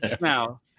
now